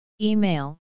Email